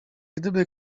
gdyby